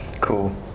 Cool